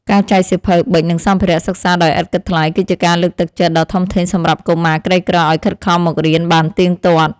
ការចែកសៀវភៅប៊ិចនិងសម្ភារសិក្សាដោយឥតគិតថ្លៃ គឺជាការលើកទឹកចិត្តដ៏ធំធេងសម្រាប់កុមារក្រីក្រឱ្យខិតខំមករៀនបានទៀងទាត់។